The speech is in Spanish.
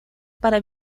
para